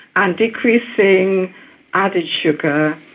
and decreasing added sugar,